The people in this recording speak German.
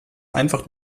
einfach